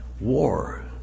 war